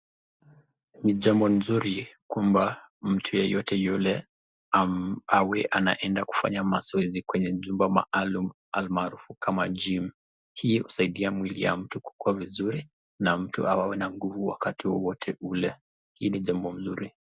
Ni jambo nzuri kwamba mtu yeyote ule awe anaenda kufanya mazoezi kwenye jumba maalum almaarufu kama gym ,hii husaidia mwili ya mtu kukua vizuru na mtu awe na nguzu wakati wowote ule, hii ni jambo mzuri.